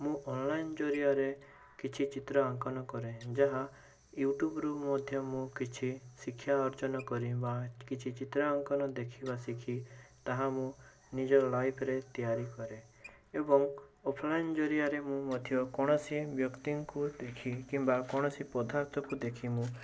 ମୁଁ ଅନ୍ଲାଇନ୍ ଜରିଆରେ କିଛି ଚିତ୍ର ଆଙ୍କନ କରେ ଯାହା ୟୁଟ୍ୟୁବ୍ ରୁ ମଧ୍ୟ ମୁଁ କିଛି ଶିକ୍ଷା ଅର୍ଜନ କରିବା କିଛି ଚିତ୍ରାଙ୍କନ ଦେଖି ବା ଶିଖି ତାହା ମୁଁ ନିଜ ଲାଇଫ୍ରେ ତିଆରି କରେ ଏବଂ ଅଫଲାଇନ୍ ଜରିଆରେ ମୁଁ ମଧ୍ୟ କୌଣସି ଵ୍ୟକ୍ତିଙ୍କୁ ଦେଖି କିମ୍ବା କୌଣସି ପଦାର୍ଥକୁ ଦେଖି ମୁଁ